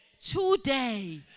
today